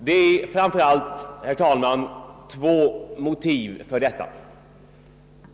Det är framför allt, herr talman, två motiv för detta.